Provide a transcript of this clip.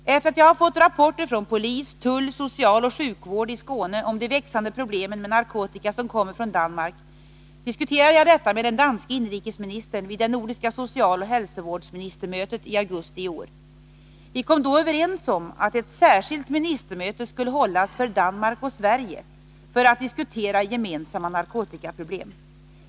Efter det att jag hade fått rapporter från polis, tull, socialoch sjukvård i Skåne om de växande problemen med narkotika som kommer från Danmark diskuterade jag detta med den danske inrikesministern vid det nordiska socialoch hälsovårdsministermötet i augusti i år. Vi kom då överens om att ett särskilt ministermöte skulle hållas för Danmark och Sverige för att diskutera gemensamma narkotikaproblem.